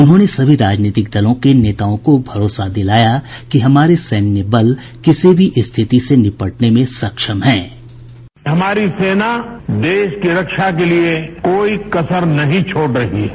उन्होंने सभी राजनीतिक दलों के नेताओं को भरोसा दिलाया कि हमारे सैन्य बल किसी भी स्थिति से निपटने में सक्षम हैं साउंड बाईट हमारी सेना देश की रक्षा के लिए कोई कसर नहीं छोड़ रही है